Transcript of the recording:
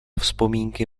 vzpomínky